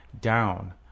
down